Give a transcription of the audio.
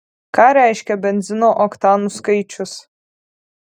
ką reiškia benzino oktanų skaičius